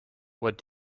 what